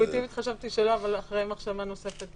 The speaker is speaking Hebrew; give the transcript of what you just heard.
אינטואיטיבית חשבתי שלא, אבל אחרי מחשבה נוספת